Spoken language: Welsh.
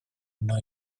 yno